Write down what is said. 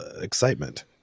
excitement